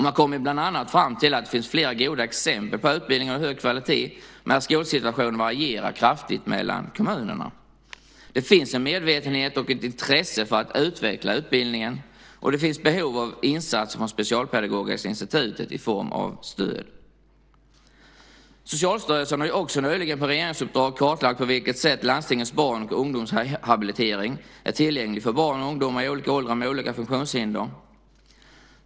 Man kom bland annat fram till att det finns flera goda exempel på utbildning av hög kvalitet men att skolsituationen varierar kraftigt mellan kommunerna. Det finns en medvetenhet och ett intresse för att utveckla utbildningen, och det finns behov av insatser från Specialpedagogiska institutet i form av stöd. Socialstyrelsen har också nyligen på ett regeringsuppdrag kartlagt på vilket sätt landstingets barn och ungdomshabilitering är tillgänglig för barn och ungdomar i olika åldrar med olika funktionshinder.